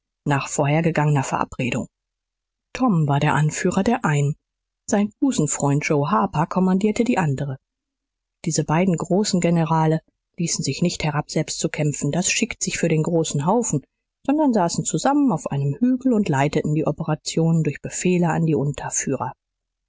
nach vorhergegangener verabredung tom war der anführer der einen sein busenfreund joe harper kommandierte die andere diese beiden großen generale ließen sich nicht herab selbst zu kämpfen das schickt sich für den großen haufen sondern saßen zusammen auf einem hügel und leiteten die operationen durch befehle an die unterführer